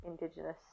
indigenous